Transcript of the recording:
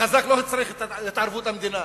החזק לא צריך את התערבות המדינה,